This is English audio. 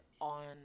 on